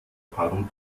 parodie